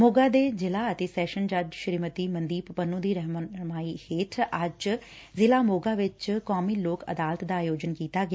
ਮੋਗਾ ਦੇ ਜ਼ਿਲਾ ਅਤੇ ਸੈਸ਼ਨ ਜੱਜ ਸ੍ਰੀਮਤੀ ਮਨਦੀਪ ਪੰਨ ਦੀ ਰਹਿਨੁਮਾਈ ਹੇਠ ਅੱਜ ਜ਼ਿਲਾ ਮੋਗਾ ਵਿਖ ਰਾਸ਼ਟਰੀ ਲੋਕ ਅਦਾਲਤ ਦਾ ਆਯੋਜਨ ਕੀਤਾ ਗਿਆ